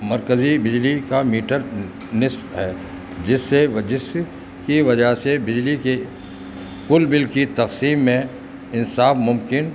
مرکزی بجلی کا میٹر نصف ہے جس سے جس کی وجہ سے بجلی کے کل بل کی تقسیم میں انصاف ممکن